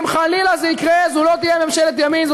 אם חלילה זה יקרה, זו לא תהיה ממשלת ימין.